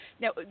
Now